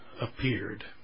appeared